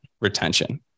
retention